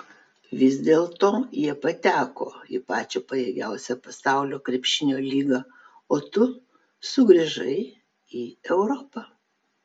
vis dėlto jie pateko į pačią pajėgiausią pasaulio krepšinio lygą o tu sugrįžai į europą